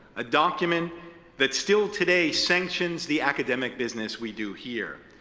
a document that still today sanctions the academic business we do here.